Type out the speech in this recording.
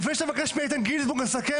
לפני שאתה מבקש מאיתן גינזבורג לסכם,